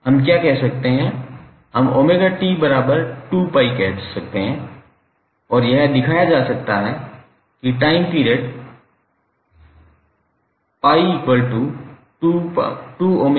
हम 𝜔𝑇 2𝜋 कह सकते हैं और यह दिखाया जा सकता है कि टाइम पीरियड 𝜋 2𝜔 𝜔𝑇